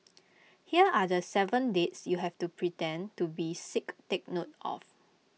here are the Seven dates you have to pretend to be sick take note of